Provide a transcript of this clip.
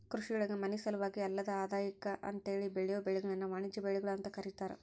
ಕೃಷಿಯೊಳಗ ಮನಿಸಲುವಾಗಿ ಅಲ್ಲದ ಆದಾಯಕ್ಕ ಅಂತೇಳಿ ಬೆಳಿಯೋ ಬೆಳಿಗಳನ್ನ ವಾಣಿಜ್ಯ ಬೆಳಿಗಳು ಅಂತ ಕರೇತಾರ